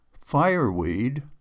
Fireweed